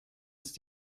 ist